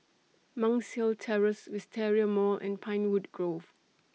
Monk's Hill Terrace Wisteria Mall and Pinewood Grove